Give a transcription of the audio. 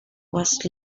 was